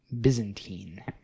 byzantine